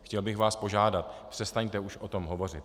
Chtěl bych požádat, přestaňte už o tom hovořit.